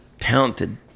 talented